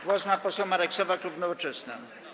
Głos ma poseł Marek Sowa, klub Nowoczesna.